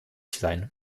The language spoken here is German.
sein